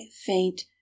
faint